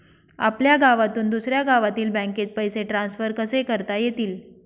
आपल्या गावातून दुसऱ्या गावातील बँकेत पैसे ट्रान्सफर कसे करता येतील?